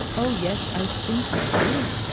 oh, yes, i think you do,